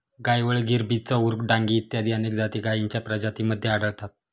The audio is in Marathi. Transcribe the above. गायवळ, गीर, बिचौर, डांगी इत्यादी अनेक जाती गायींच्या प्रजातींमध्ये आढळतात